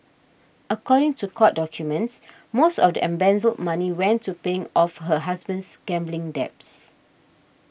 according to court documents most of the embezzled money went to paying off her husband's gambling debts